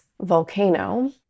volcano